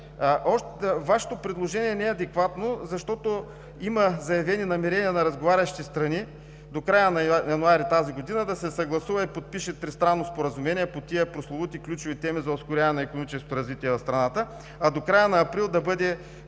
така. Вашето предложение не е адекватно, защото има заявени намерения на разговарящи страни до края на месец януари тази година да се съгласува и подпише тристранно споразумение по тези прословути ключови теми за ускоряване на икономическото развитие на страната, а до края на април да бъде